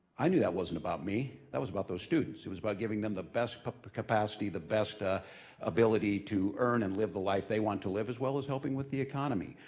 i knew that wasn't about me. that was about those students. it was about giving them the best but but capacity, the best ah ability to earn and live the life they want to live, as well as helping with the economy.